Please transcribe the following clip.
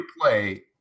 play